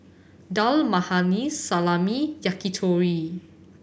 Dal Makhani Salami Yakitori